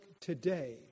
today